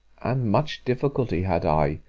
and much difficulty had i,